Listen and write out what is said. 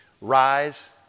rise